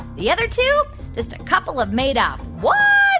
the other two just a couple of made-up whats